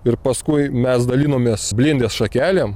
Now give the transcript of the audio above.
ir paskui mes dalinomės blindės šakelėm